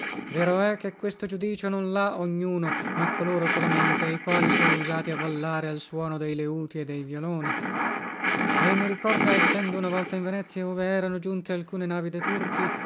vero è che questo giudicio non lha ognuno ma coloro solamente i quali sono usati a ballare al suono dei leuti e dei violoni e mi ricorda essendo una volta in venezia ove erano giunte alcune navi de turchi